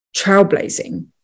trailblazing